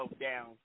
down